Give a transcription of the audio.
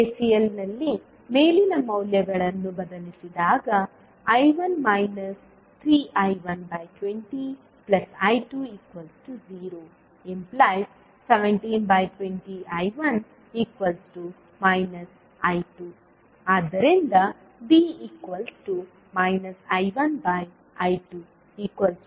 KCL ನಲ್ಲಿ ಮೇಲಿನ ಮೌಲ್ಯಗಳನ್ನು ಬದಲಿಸಿದಾಗ I1 3I120I20⇒1720I1 I2 ಆದ್ದರಿಂದ D I1I220171